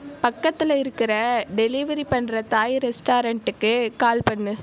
பக்கத்தில் இருக்கிற டெலிவரி பண்ணுற தாய் ரெஸ்டாரண்ட்டுக்கு கால் பண்ணு